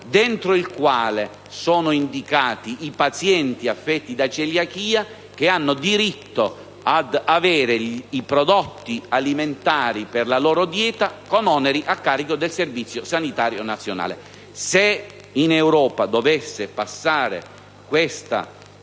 registro in cui sono indicati i pazienti affetti da celiachia, che hanno diritto ad avere i prodotti alimentari adatti alla loro dieta con oneri a carico del Servizio sanitario nazionale. Se in Europa dovesse passare questa